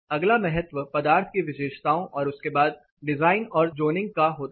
अगला महत्व पदार्थ की विशेषताओं और उसके बाद डिजाइन और ज़ोनिंग का होता है